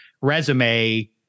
resume